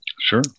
Sure